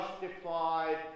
justified